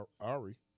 Ari